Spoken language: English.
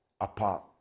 apart